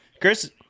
Chris